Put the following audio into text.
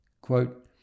Quote